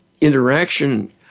interaction